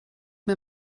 mir